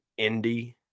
indie